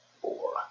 four